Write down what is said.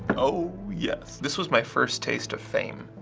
ohh, yes. this was my first taste of fame,